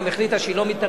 גם החליטה שהיא לא מתערבת.